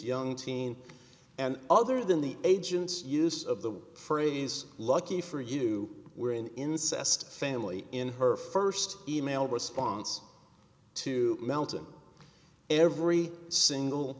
young teen and other than the agent's use of the phrase lucky for you were an incest family in her first email response to melton every single